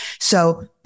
So-